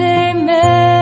amen